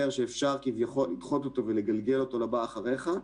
שאפשר כביכול לדחות אותו לבא אחריך,